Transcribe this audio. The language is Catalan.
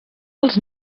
els